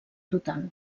total